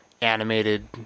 animated